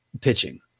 pitching